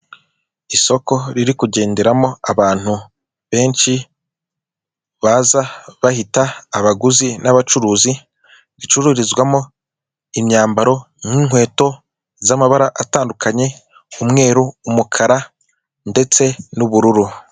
Isoko riri kugenderamo abantu benshi, baza bahita abaguzi n'abacuruzi. Ricururizwamo imyambaro, nk'inkweto z'amabara atandukanye : umweru, umukara ndetse n'ubururu.